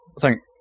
thank